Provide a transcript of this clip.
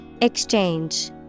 Exchange